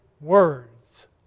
words